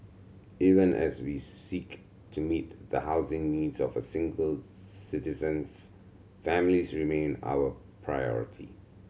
even as we seek to meet the housing needs of a single citizens families remain our priority